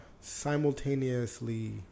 simultaneously